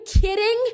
kidding